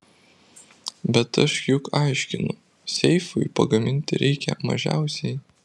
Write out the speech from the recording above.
bet aš juk aiškinu seifui pagaminti reikia mažiausiai